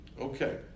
Okay